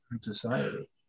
Society